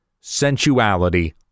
sensuality